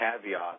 caveat